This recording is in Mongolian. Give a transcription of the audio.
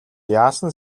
яасан